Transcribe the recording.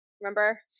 Remember